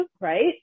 right